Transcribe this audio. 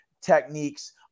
techniques